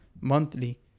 monthly